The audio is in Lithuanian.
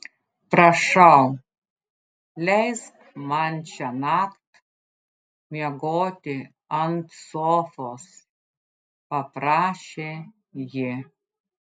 prašau leisk man šiąnakt miegoti ant sofos paprašė ji